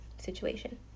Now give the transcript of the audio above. situation